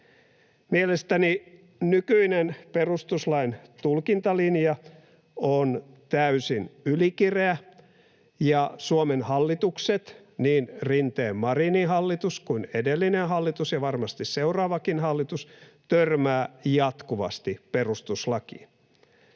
Mielestäni nykyinen perustuslain tulkintalinja on täysin ylikireä ja Suomen hallitukset, niin Rinteen—Marinin hallitus kuin edellinen hallitus ja varmasti seuraavakin hallitus, törmäävät jatkuvasti perustuslakiin.